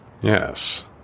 Yes